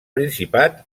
principat